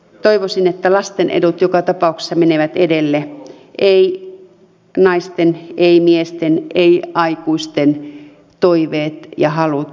toivoisin että lasten edut joka tapauksessa menevät edelle eivät naisten eivät miesten eivät aikuisten toiveet ja halut